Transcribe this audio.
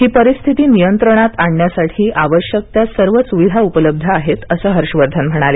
ही परिस्थिती नियंत्रणात आणण्यासाठी आवश्यक त्या सर्व सुविधा उपलब्ध आहेत असे हर्षवर्धन म्हणाले